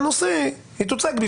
בוודאי לא בשנה וחצי האחרונות.